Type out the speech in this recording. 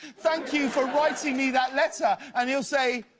thank you for writing me that letter. and he'll say,